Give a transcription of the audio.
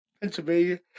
Pennsylvania